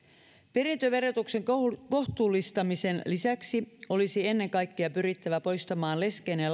perintöverotuksen kohtuullistamisen lisäksi olisi ennen kaikkea pyrittävä poistamaan leskeen ja